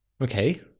okay